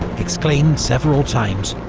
exclaimed several times,